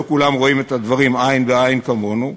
לא כולם רואים את הדברים עין בעין כמונו.